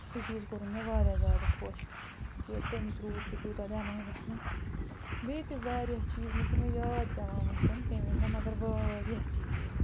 سُہ چیٖز کوٚرُن مےٚ واریاہ زیادٕ خۄش کہِ تٔمِس روٗد سُہ تیوٗتاہ دٮ۪ماغَس منٛز بیٚیہِ تہِ واریاہ چیٖز مےٚ چھُنہٕ وۄنۍ یاد پٮ۪وان وٕنۍکٮ۪ن تٔمۍ ؤنۍ مےٚ مگر واریاہ چیٖز